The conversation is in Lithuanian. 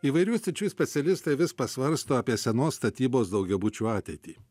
įvairių sričių specialistai vis pasvarsto apie senos statybos daugiabučių ateitį